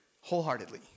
wholeheartedly